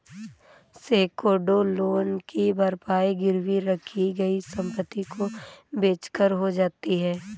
secured loan की भरपाई गिरवी रखी गई संपत्ति को बेचकर हो जाती है